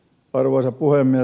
arvoisa puhemies